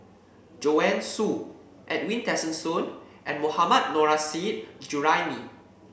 Joanne Soo Edwin Tessensohn and Mohammad Nurrasyid Juraimi